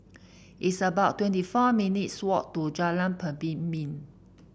it's about twenty four minutes walk to Jalan Pemimpin